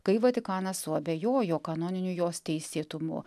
kai vatikanas suabejojo kanoniniu jos teisėtumu